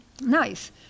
nice